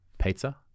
pizza